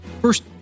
first